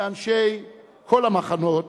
ואנשי כל המחנות,